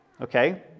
Okay